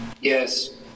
Yes